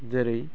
जेरै